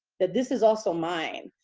that this is also mine.